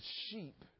sheep